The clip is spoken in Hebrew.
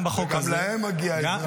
גם בחוק הזה --- גם להם מגיעה עזרה.